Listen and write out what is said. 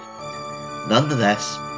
Nonetheless